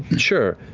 sure.